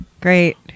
Great